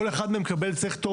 כל אחד מהם צריך תור